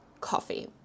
coffee